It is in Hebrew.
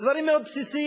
דברים מאוד בסיסיים,